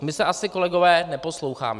My se asi, kolegové, neposloucháme.